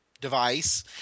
device